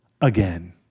again